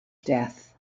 death